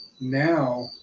Now